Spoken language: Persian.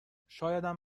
شایدم